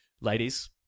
ladies